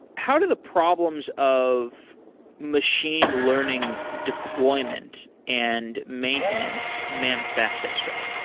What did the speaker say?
how do the problems of machine learning deployment and maintenance manifest at stripe?